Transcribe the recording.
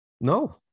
No